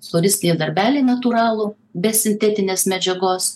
floristinį darbelį natūralų be sintetinės medžiagos